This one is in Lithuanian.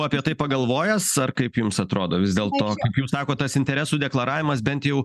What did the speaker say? apie tai pagalvojęs ar kaip jums atrodo vis dėlto kaip jūs sakot tas interesų deklaravimas bent jau